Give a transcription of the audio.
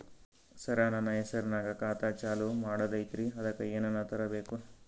ಸರ, ನನ್ನ ಹೆಸರ್ನಾಗ ಖಾತಾ ಚಾಲು ಮಾಡದೈತ್ರೀ ಅದಕ ಏನನ ತರಬೇಕ?